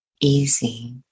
easy